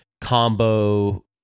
combo